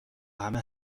همه